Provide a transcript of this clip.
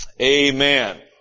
Amen